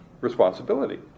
responsibility